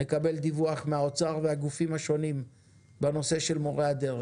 נקבל דיווח ממשרד האוצר ומהגופים השונים בנושא מורי הדרך.